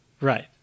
right